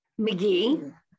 McGee